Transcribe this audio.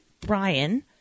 Brian